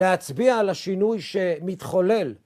‫להצביע על השינוי שמתחולל.